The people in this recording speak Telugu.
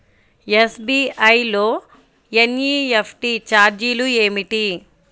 ఎస్.బీ.ఐ లో ఎన్.ఈ.ఎఫ్.టీ ఛార్జీలు ఏమిటి?